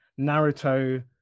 Naruto